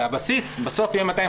והבסיס בסוף יהיה 250